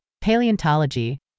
paleontology